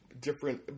different